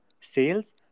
sales